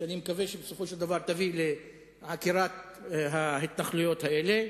שאני מקווה שבסופו של דבר תביא לעקירת ההתנחלויות האלה,